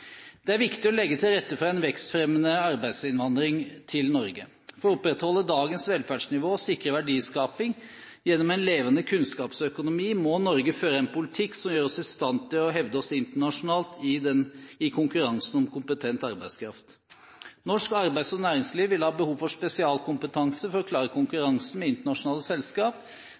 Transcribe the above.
Det er viktig å legge til rette for en vekstfremmende arbeidsinnvandring til Norge. For å opprettholde dagens velferdsnivå og sikre verdiskaping gjennom en levende kunnskapsøkonomi må Norge føre en politikk som gjør oss i stand til å hevde oss internasjonalt i konkurransen om kompetent arbeidskraft. Norsk arbeids- og næringsliv vil ha behov for spesialkompetanse for å klare konkurransen med internasjonale selskap.